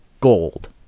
gold